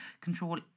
control